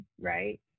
right